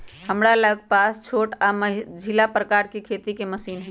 हमरा लग पास छोट आऽ मझिला प्रकार के खेती के मशीन हई